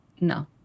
No